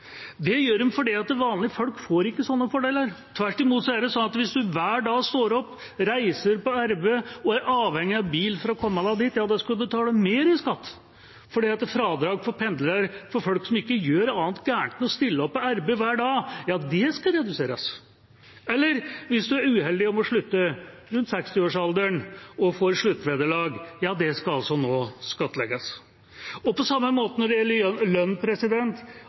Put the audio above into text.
Det gjør de fordi vanlige folk ikke får sånne fordeler. Tvert imot er det sånn at hvis en hver dag står opp, reiser på arbeid og er avhengig av bil for å komme seg dit, skal en betale mer i skatt – fordi fradrag for pendlere som ikke gjør annet galt enn å stille opp på arbeid hver dag, skal reduseres. Eller hva hvis man er uheldig og må slutte rundt 60-årsalderen og får sluttvederlag? Jo, det skal nå skattlegges. På samme måte er det når det gjelder lønn.